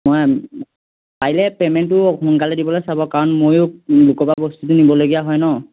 মই কাইলৈ পে'মেণ্টটো সোনকালে দিবলৈ চাব কাৰণ ময়ো লোকৰ পৰা বস্তুটো কিনিবলগীয়া হয় নহ্